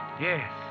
Yes